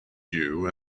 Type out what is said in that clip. you